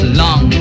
long